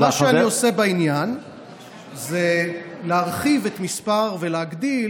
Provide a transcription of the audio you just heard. מה שאני עושה בעניין זה להרחיב ולהגדיל,